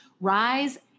rise